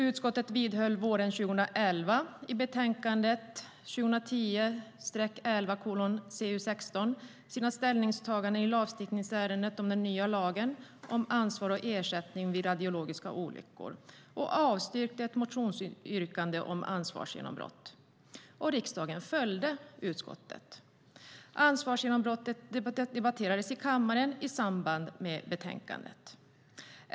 Utskottet vidhöll våren 2011 i betänkandet 2010/11:CU16 sina ställningstaganden i lagstiftningsärendet om den nya lagen om ansvar och ersättning vid radiologiska olyckor och avstyrkte ett motionsyrkande om ansvarsgenombrott. Riksdagen följde utskottets förslag. Frågan om ansvarsgenombrott debatterades i kammaren i samband med betänkandet.